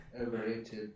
overrated